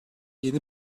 yeni